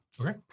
Okay